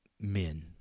men